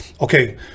Okay